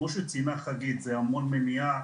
כמו שציינה חגית, זה המון מניעה.